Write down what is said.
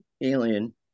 alien